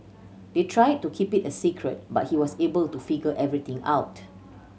they tried to keep it a secret but he was able to figure everything out